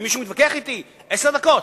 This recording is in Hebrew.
אם מישהו מתווכח אתי, עשר דקות?